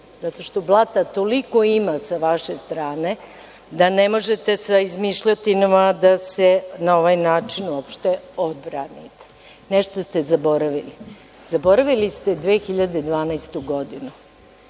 zato što blata toliko ima sa vaše strane da ne možete sa izmišljotinama da se na ovaj način uopšte odbranite. Nešto ste zaboravili. Zaboravili ste 2012. godinu